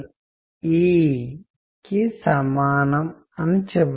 ఇవన్నీ కమ్యూనికేషన్ ఛానల్స్గా నిర్వచించవచ్చు